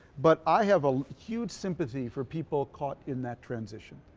but i have a huge sympathy for people caught in that transition